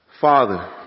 Father